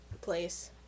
place